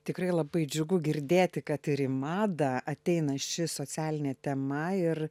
tikrai labai džiugu girdėti kad ir į madą ateina ši socialinė tema ir